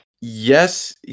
yes